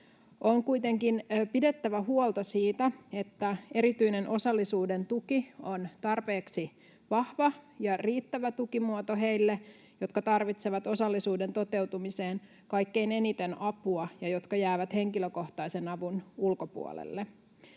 On kuitenkin pidettävä huolta siitä, että erityinen osallisuuden tuki on tarpeeksi vahva ja riittävä tukimuoto heille, jotka tarvitsevat osallisuuden toteutumiseen kaikkein eniten apua ja jotka jäävät henkilökohtaisen avun ulkopuolelle.